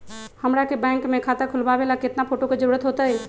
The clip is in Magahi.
हमरा के बैंक में खाता खोलबाबे ला केतना फोटो के जरूरत होतई?